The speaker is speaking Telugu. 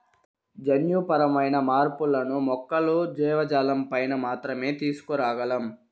జన్యుపరమైన మార్పులను మొక్కలు, జీవజాలంపైన మాత్రమే తీసుకురాగలం